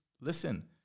listen